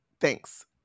Thanks